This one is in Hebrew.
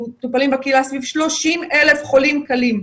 מטופלים בקהילה סביב 30 אלף חולים קלים.